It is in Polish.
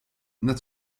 nad